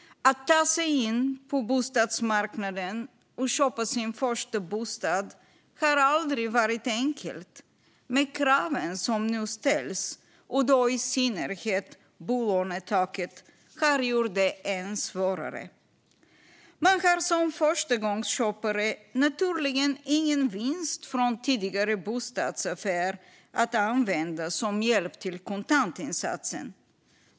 Att ta sig in på bostadsmarknaden och köpa sin första bostad har aldrig varit enkelt, men kraven som nu ställs - och då i synnerhet bolånetaket - har gjort det än svårare. Man har som förstagångsköpare naturligen ingen vinst från tidigare bostadsaffär att använda som hjälp till kontantinsatsen.